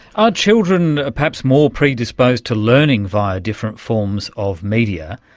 are children ah perhaps more predisposed to learning via different forms of media,